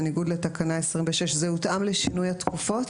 בניגוד לתקנה 26". ה-2029 זה הותאם לשינוי התקופות?